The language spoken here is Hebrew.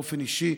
באופן אישי,